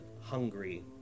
hungry